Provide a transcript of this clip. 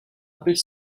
others